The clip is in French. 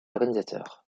organisateurs